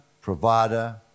provider